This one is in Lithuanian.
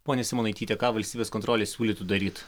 ponia simonaityte ką valstybės kontrolės siūlytų daryt